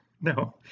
No